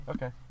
Okay